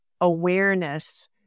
awareness